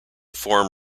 form